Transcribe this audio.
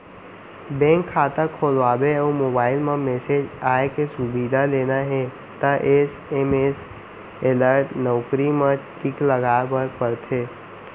bank खाता खोलवाबे अउ मोबईल म मेसेज आए के सुबिधा लेना हे त एस.एम.एस अलर्ट नउकरी म टिक लगाए बर परथे